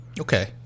Okay